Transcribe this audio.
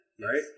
right